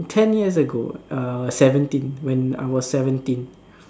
ten years ago uh seventeen when I was seventeen